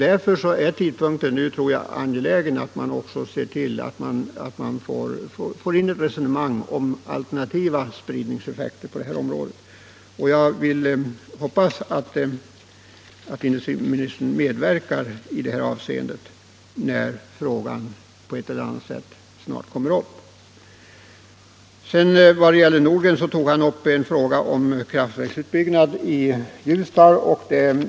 Därför tror jag att det är angeläget att man nu ser till, att man får in ett resonemang om alternativa spridningseffekter på det här området. Jag hoppas att industriministern medverkar i det här hänseendet när frågan på ett eller annat sätt snart kommer upp. Herr Nordgren tog upp en fråga om kraftverksutbyggnad i Ljusdal.